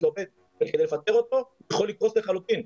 לעובד כדי לפטר אותו הוא יצטרך לקרוס לחלוטין,